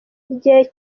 igihe